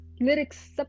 lyrics